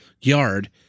Yard